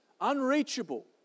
unreachable